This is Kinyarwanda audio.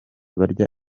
barya